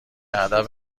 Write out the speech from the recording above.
ادب